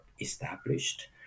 established